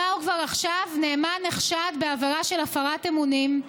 אומר כבר עכשיו: נאמן נחשד בעבירה של הפרת אמונים,